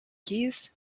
keyes